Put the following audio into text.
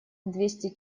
двести